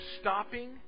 stopping